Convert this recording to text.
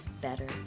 better